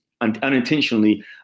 unintentionally